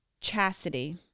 Chastity